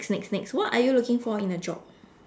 next next next what are you looking for in a job